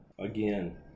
Again